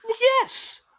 Yes